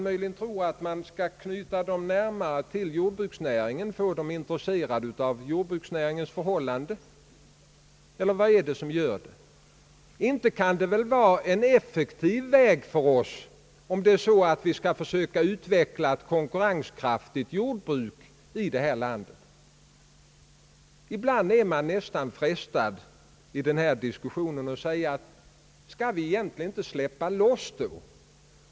Möjligen tror man att man skall knyta dessa människor närmare jordbruksnäringen och få dem intresserade av jordbruksnäringens förhållanden. Att stödja deltidsjordbruket är väl inte en effektiv väg för oss om vi skall försöka utveckla ett konkurrenskraftigt jordbruk i detta land. Ibland är man nästan frestad att i denna diskussion fråga: Skall vi då inte släppa loss där?